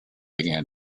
began